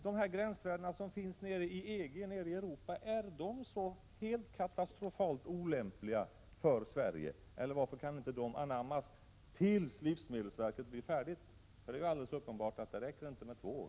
Är de gränsvärden som finns inom EG, nere i Europa, så katastrofalt olämpliga för Sverige, eller varför kan de inte anammas tills livsmedelsverket blir färdigt? Det är ju uppenbart att det inte räcker med två år.